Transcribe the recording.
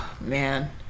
man